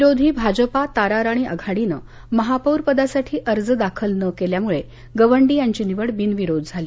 विरोधी भाजपा ताराराणी आघाडीनं महापौर पदासाठी अर्ज दाखल न केल्यामुळे गवंडी यांची निवड बिनविरोध झाली